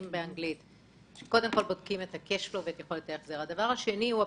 הדבר השני הוא הביטחונות,